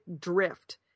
drift